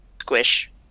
Squish